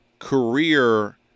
career